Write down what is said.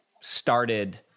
started